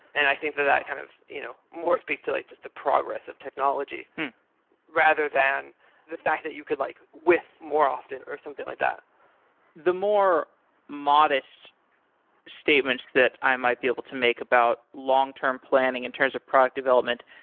and i think that that kind of you know more speak to like the progress of technology rather than the fact that you could like width more often or something like that the more modest statements that i might be able to make about long term planning in and terms of product development,